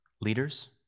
leaders